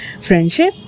Friendship